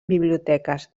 biblioteques